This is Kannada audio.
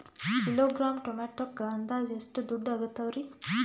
ಕಿಲೋಗ್ರಾಂ ಟೊಮೆಟೊಕ್ಕ ಅಂದಾಜ್ ಎಷ್ಟ ದುಡ್ಡ ಅಗತವರಿ?